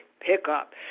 pick-up